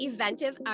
Eventive